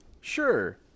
Sure